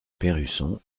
perrusson